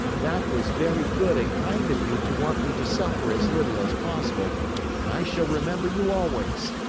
that was very good and kind of you to want me to suffer as little as possible and i shall remember you always.